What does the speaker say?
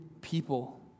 people